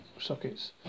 sockets